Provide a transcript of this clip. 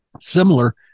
similar